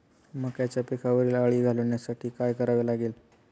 मक्याच्या पिकावरील अळी घालवण्यासाठी काय करावे लागेल?